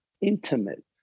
intimate